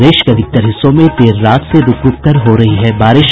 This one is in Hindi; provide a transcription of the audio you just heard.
प्रदेश के अधिकतर हिस्सों में देर रात से रूक रूक कर हो रही है बारिश